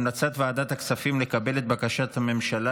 המלצת ועדת הכספים לקבל את בקשת הממשלה